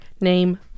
name